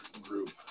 group